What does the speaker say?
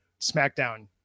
smackdown